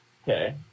Okay